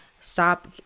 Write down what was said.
Stop